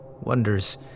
wonders